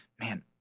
Man